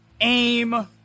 aim